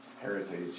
heritage